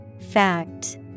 Fact